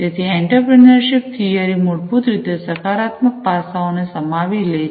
તેથી entrepreneurship theory મૂળભૂત રીતે સકારાત્મક પાસાઓ ને સમાવી લે છે